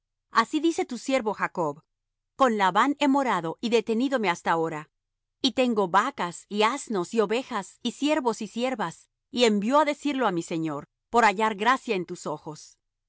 así dice tu siervo jacob con labán he morado y detenídome hasta ahora y tengo vacas y asnos y ovejas y siervos y siervas y envío á decirlo á mi señor por hallar gracia en tus ojos y los